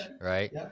right